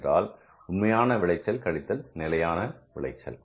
என்றால் உண்மையான விளைச்சல் கழித்தல் நிலையான விளைச்சல்